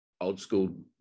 old-school